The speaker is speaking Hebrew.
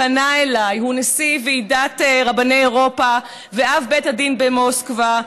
הוא נשיא ועידת רבני אירופה ואב בית הדין במוסקבה,